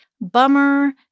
bummer